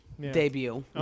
Debut